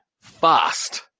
Fast